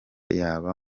yaba